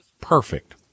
Perfect